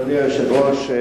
אדוני היושב-ראש,